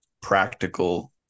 practical